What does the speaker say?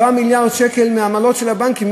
10 מיליארד שקל מעמלות של הבנקים.